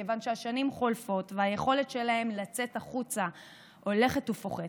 כיוון שהשנים חולפות והיכולת שלהם לצאת החוצה הולכת ופוחתת.